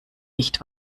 nicht